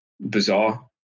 bizarre